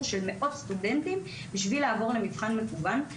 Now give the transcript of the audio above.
של מאות סטודנטים בשביל לעבור למבחן מקוון.